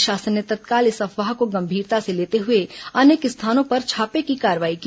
प्रशासन ने तत्काल इस अफवाह को गंभीरता से लेते हुए अनेक स्थानों पर छापे की कार्रवाई की